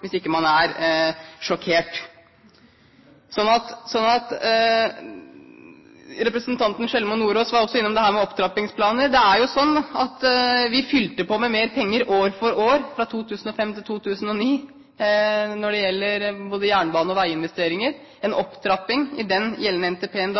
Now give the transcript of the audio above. hvis man ikke er sjokkert. Representanten Sjelmo Nordås var også innom dette med opptrappingsplaner. Det er jo slik at vi fylte på med mer penger år for år fra 2005 til 2009, både til jernbane og veiinvesteringer. Det var en opptrapping i den dagjeldende NTP-en.